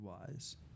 wise